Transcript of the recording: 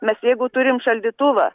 mes jeigu turim šaldytuvą